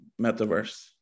Metaverse